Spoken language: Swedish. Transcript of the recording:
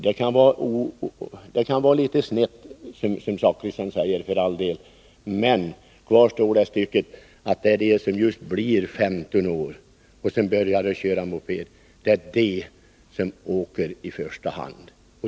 Det kan för all del, som Bertil Zachrisson säger, förefalla litet snett. Men kvar står det faktum att det främst är de som fyllt 15 år och börjat köra moped som råkar ut för trafikolyckor.